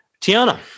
Tiana